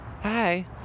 hi